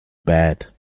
bad